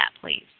please